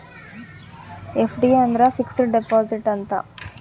FD ಅಂದ್ರ fixed deposit ಅಂತ